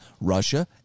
Russia